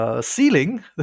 Ceiling